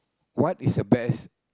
what is a best